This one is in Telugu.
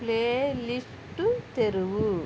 ప్లేలిస్ట్ తెరువు